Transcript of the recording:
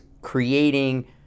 creating